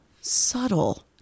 subtle